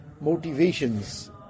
motivations